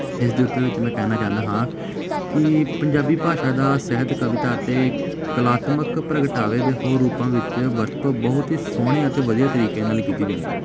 ਇਸ ਦੇ ਉੱਤਰ ਵਿੱਚ ਮੈਂ ਕਹਿਣਾ ਚਾਹੁੰਦਾ ਹਾਂ ਕਿ ਪੰਜਾਬੀ ਭਾਸ਼ਾ ਦਾ ਸਾਹਿਤ ਕਵਿਤਾ ਅਤੇ ਕਲਾਤਮਕ ਪ੍ਰਗਟਾਵੇ ਦੇ ਹੋਰ ਰੂਪਾਂ ਵਿੱਚ ਵਰਤੋਂ ਬਹੁਤ ਹੀ ਸੋਹਣੇ ਅਤੇ ਵਧੀਆ ਤਰੀਕੇ ਨਾਲ ਕੀਤੀ ਜਾਂਦੀ ਹੈ